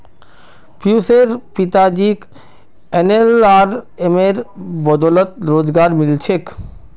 पियुशेर पिताजीक एनएलआरएमेर बदौलत रोजगार मिलील छेक